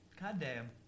Goddamn